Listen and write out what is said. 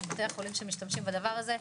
עם בתי החולים שמשתמשים בדבר הזה,